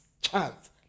chance